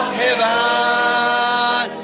heaven